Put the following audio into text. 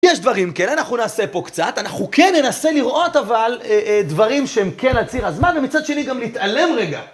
יש דברים כן אנחנו נעשה פה קצת, אנחנו כן ננסה לראות אבל דברים שהם כן על ציר הזמן ומצד שני גם להתעלם רגע.